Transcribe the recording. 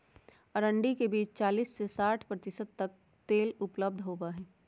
अरंडी के बीज में चालीस से साठ प्रतिशत तक तेल उपलब्ध होबा हई